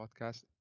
podcast